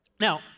Now